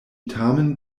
tamen